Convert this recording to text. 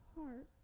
heart